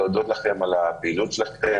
אני רוצה להודות לכם על הפעילות שלכם,